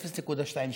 0.27,